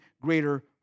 greater